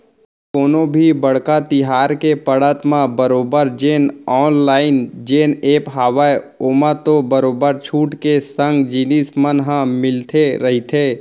कोनो भी बड़का तिहार के पड़त म बरोबर जेन ऑनलाइन जेन ऐप हावय ओमा तो बरोबर छूट के संग जिनिस मन ह मिलते रहिथे